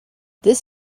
this